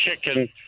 chicken